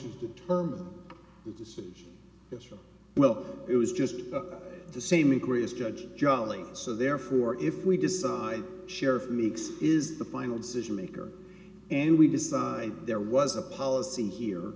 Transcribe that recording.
decision well it was just the same the greatest judge jolley so therefore if we decide sheriff meeks is the final decision maker and we decide there was a policy here